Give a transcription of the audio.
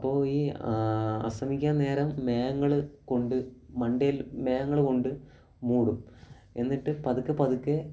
അപ്പോൾ ഈ അസ്തമിക്കാൻ നേരം മേഘങ്ങൾ കൊണ്ട് മണ്ടയിൽ മേഘങ്ങൾ കൊണ്ട് മൂടും എന്നിട്ട് പതുക്കെപ്പതുക്കെ